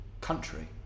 country